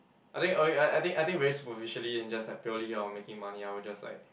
I think okay ya I think I think superficially and just like purely out of making money I will just like